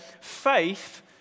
Faith